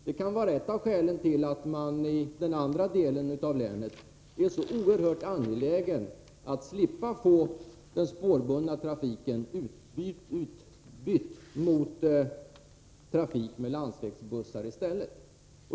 Det kan vara ett av skälen till att man i den andra delen av länet är så oerhört angelägen om att slippa få den spårbundna trafiken utbytt mot trafik med landsvägsbussar.